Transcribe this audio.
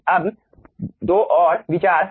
अब 2 और विचार हैं